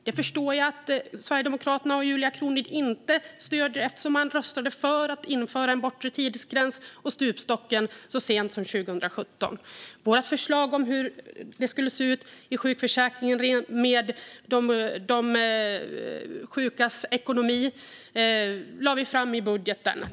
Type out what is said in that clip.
Det förstår jag att Sverigedemokraterna och Julia Kronlid inte stöder, eftersom de röstade för att man skulle införa en bortre tidsgräns och stupstocken så sent som 2017. Vårt förslag om hur det skulle se ut i sjukförsäkringen med de sjukas ekonomi lade vi fram i budgeten.